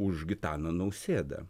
už gitaną nausėdą